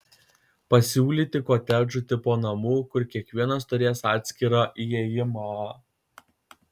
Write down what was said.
pasiūlyti kotedžų tipo namų kur kiekvienas turės atskirą įėjimą